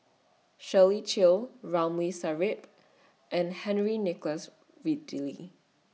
Shirley Chew Ramli Sarip and Henry Nicholas Ridley